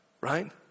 Right